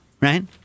right